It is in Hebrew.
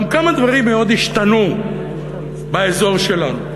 גם כמה דברים מאוד השתנו באזור שלנו.